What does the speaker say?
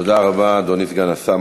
תודה רבה, אדוני סגן השר.